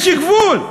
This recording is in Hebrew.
יש גבול.